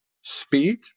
speed